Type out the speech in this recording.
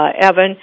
Evan